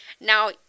Now